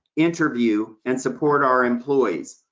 interview and support our employees,